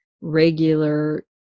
regular